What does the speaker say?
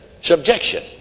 subjection